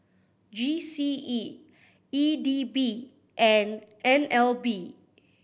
G C E E D B and N L B